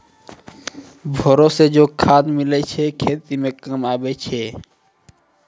भेड़ो से जे खाद मिलै छै खेती मे काम आबै छै